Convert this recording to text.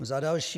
Za další.